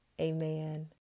Amen